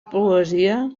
poesia